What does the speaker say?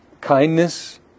kindness